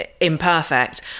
imperfect